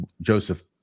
Joseph